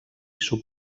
suc